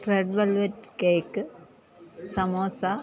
red velvet cake samosa